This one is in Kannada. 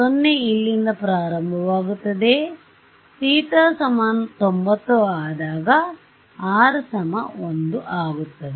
0 ಇಲ್ಲಿಂದ ಪ್ರಾರಂಭವಾಗುತ್ತದೆ θ 90 ಆದಾಗ |R| 1 ಆಗುತ್ತದೆ